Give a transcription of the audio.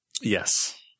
Yes